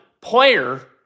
player